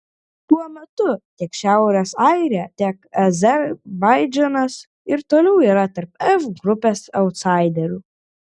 tuo metu tiek šiaurės airija tiek azerbaidžanas ir toliau yra tarp f grupės autsaiderių